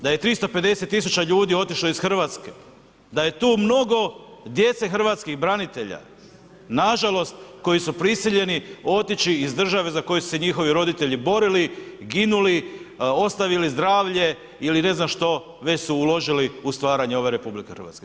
Da je 350 000 ljudi otišlo iz Hrvatske, da je tu mnogo djece hrvatskih branitelja nažalost koji su prisiljeni otići iz države za koju su se njihovi roditelji borili, ginuli, ostavili zdravlje ili ne znam što već su uložili u stvaranje ove RH.